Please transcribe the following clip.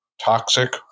toxic